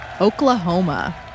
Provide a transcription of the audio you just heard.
Oklahoma